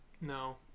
No